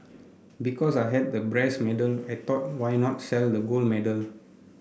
because I had the brass medal I thought why not sell the gold medal